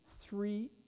three